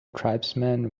tribesman